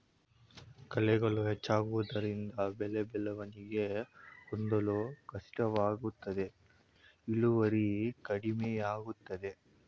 ಕಳೆಗಳು ಹೆಚ್ಚಾಗುವುದರಿಂದ ಬೆಳೆ ಬೆಳವಣಿಗೆ ಹೊಂದಲು ಕಷ್ಟವಾಗುತ್ತದೆ ಇಳುವರಿ ಕಡಿಮೆಯಾಗುತ್ತದೆ